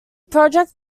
project